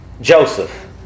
Joseph